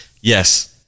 Yes